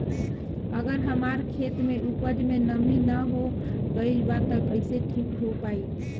अगर हमार खेत में उपज में नमी न हो गइल बा त कइसे ठीक हो पाई?